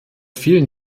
vielen